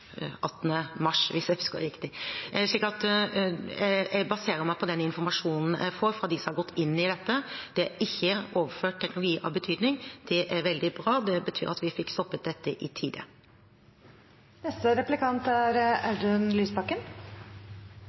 mars, hvis jeg husker riktig. Jeg baserer meg på den informasjonen jeg får fra dem som har gått inn i dette. Det er ikke overført teknologi av betydning. Det er veldig bra og betyr at vi fikk stoppet dette i tide.